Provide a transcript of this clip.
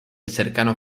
cercano